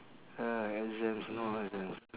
uh exams no exams